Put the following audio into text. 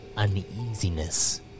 Uneasiness